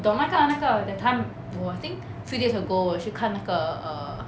懂那个那个 that time 我 I think few days ago 我去看那个 err